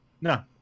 No